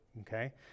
okay